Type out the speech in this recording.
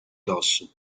dosso